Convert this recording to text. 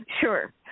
Sure